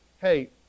hey